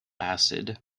acid